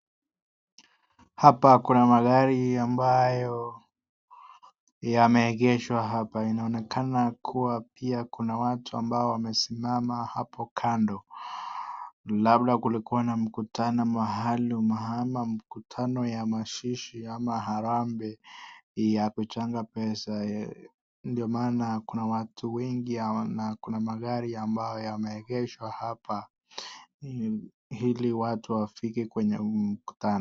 Hapa kuna magari ambayo yameegeshwa hapa inaonekana kuwa pia kuna watu ambao wamesimama hapo kando. Labda kulikuwa na mkutano mahali ama mkutano ya mazishi ama harambe ya kuchanga pesa. Ndio maana kuna watu wengi ama kuna magari ambayo yameegeshwa hapa ili watu wafike kwenye mkutano.